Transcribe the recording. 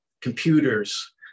computers